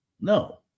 No